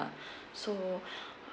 so